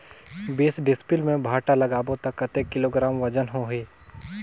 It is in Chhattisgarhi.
बीस डिसमिल मे भांटा लगाबो ता कतेक किलोग्राम वजन होही?